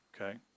Okay